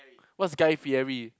what's guy-fieri